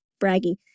braggy